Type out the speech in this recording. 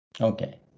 Okay